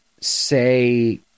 say